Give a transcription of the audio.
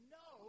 no